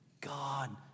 God